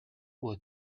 were